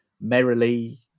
merrily